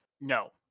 no